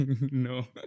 No